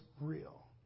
real